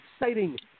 exciting